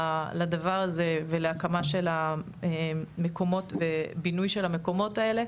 לדבר הזה ולהקמה של המקומות ובינוי של המקומות האלה.